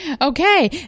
Okay